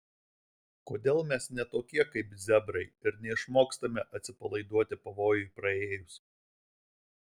kodėl mes ne tokie kaip zebrai ir neišmokstame atsipalaiduoti pavojui praėjus